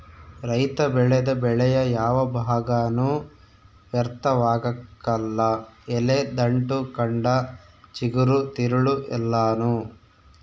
ರೈತ ಬೆಳೆದ ಬೆಳೆಯ ಯಾವ ಭಾಗನೂ ವ್ಯರ್ಥವಾಗಕಲ್ಲ ಎಲೆ ದಂಟು ಕಂಡ ಚಿಗುರು ತಿರುಳು ಎಲ್ಲಾನೂ